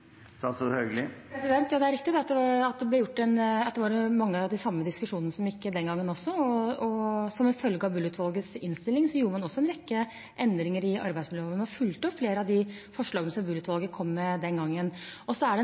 Det er riktig at det var mange av de samme diskusjonene den gangen også. Som følge av Bull-utvalgets innstilling gjorde man en rekke endringer i arbeidsmiljøloven og fulgte opp flere av forslagene som Bull-utvalget kom med. Det er en forskrift som også har vært diskutert i forbindelse med dette forslaget – der departementet fikk en hjemmel til å gå lenger. Det